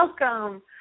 welcome